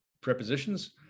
prepositions